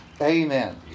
amen